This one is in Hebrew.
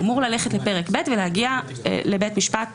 הוא אמור ללכת לפרק ב' ולהגיע לבית משפט